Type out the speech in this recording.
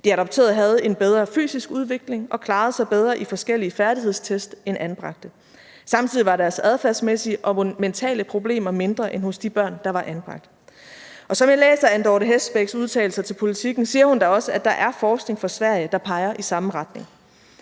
De adopterede havde en bedre fysisk udvikling og klarede sig bedre i forskellige færdighedstest end anbragte. Samtidig var deres adfærdsmæssige og mentale problemer mindre end hos de børn, der var anbragt. Og som jeg læser Anne-Dorthe Hestbæks udtalelser til Politiken, siger hun da også, at der er forskning fra Sverige, der peger i samme retning.